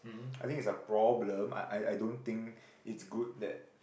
I think it's a problem I I don't think it's good that